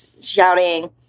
shouting